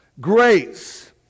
Grace